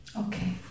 Okay